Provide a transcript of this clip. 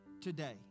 today